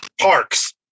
parks